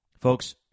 Folks